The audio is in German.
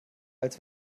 als